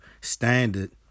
standard